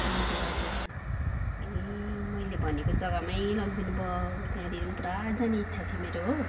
हजुर हजुर ए मैले भनेको जगामै लगिदिनु भयो त्यहाँनेर पुरा जाने इच्छा थियो मेरो हो